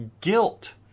guilt